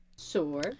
Sure